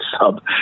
sub